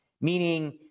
Meaning